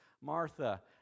Martha